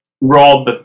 rob